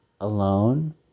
alone